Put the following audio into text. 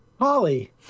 Holly